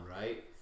right